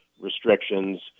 restrictions